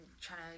trying